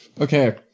Okay